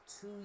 two